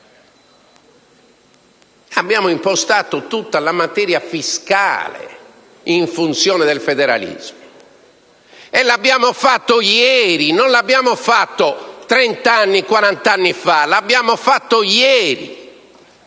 Abbiamo impostato tutta la materia fiscale in funzione del federalismo, e l'abbiamo fatto ieri, non l'abbiamo fatto trenta o quaranta anni fa: l'abbiamo fatto ieri!